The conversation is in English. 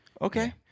Okay